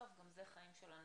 בסוף גם זה חיים של אנשים.